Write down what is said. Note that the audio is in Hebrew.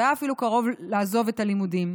והיה אפילו קרוב לעזוב את הלימודים.